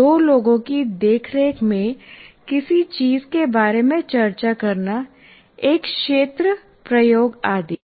दो लोगों की देखरेख में किसी चीज़ के बारे में चर्चा करना एक क्षेत्र प्रयोग आदि